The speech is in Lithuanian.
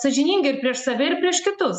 sąžiningi ir prieš save ir prieš kitus